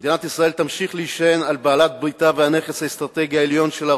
מדינת ישראל תמשיך להישען על בעלת בריתה והנכס האסטרטגי העליון שלה,